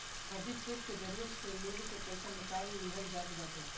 फर्जी चेक के जरिया से लोग के पईसा निकाल लिहल जात बाटे